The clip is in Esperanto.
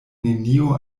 neniu